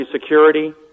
security